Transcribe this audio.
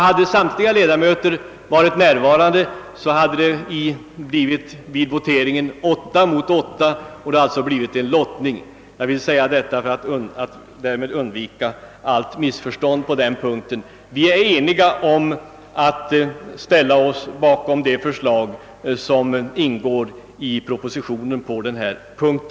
Hade samtliga ledamöter varit närvarande, hade voteringsresultatet blivit 8—8 och lottning måst företagas. Jag ville säga detta för att därmed undvika allt missförstånd. Vi på socialdemokratiskt håll är eniga om att ställa oss bakom det förslag som ingår i propositionen på denna punkt.